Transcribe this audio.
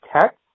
text